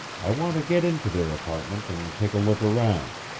i want to get into their apartment and take a look around.